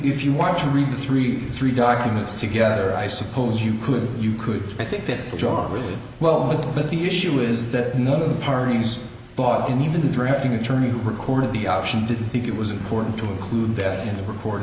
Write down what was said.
if you want to review three three documents together i suppose you could you could i think this is the job really well but the issue is that none of the parties thought and even the drafting attorney who recorded the option didn't think it was important to include this in the record